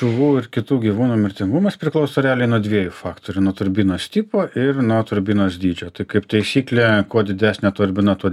žuvų ir kitų gyvūnų mirtingumas priklauso realiai nuo dviejų faktorių nuo turbinos tipo ir nuo turbinos dydžio tai kaip taisyklė kuo didesnė turbina tuo